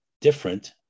different